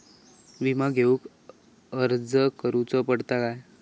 विमा घेउक अर्ज करुचो पडता काय?